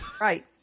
right